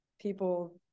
people